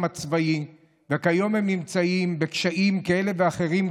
הצבאי וכיום הם נמצאים בקשיים כאלה ואחרים,